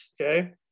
okay